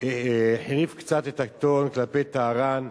החריף קצת את הטון כלפי טהרן,